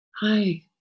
Hi